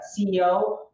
CEO